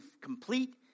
complete